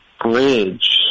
bridge